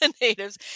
natives